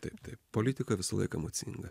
taip taip politika visąlaik emocinga